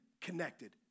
connected